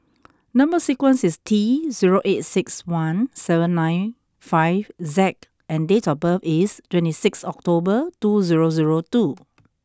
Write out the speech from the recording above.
number sequence is T zero eight six one seven nine five Z and date of birth is twenty six October two zero zero two